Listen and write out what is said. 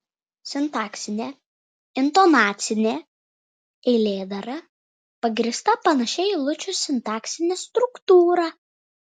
sintaksinė intonacinė eilėdara pagrįsta panašia eilučių sintaksine struktūra